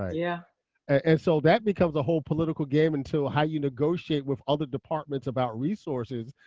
ah yeah and so that becomes a whole political game until how you negotiate with other departments about resources,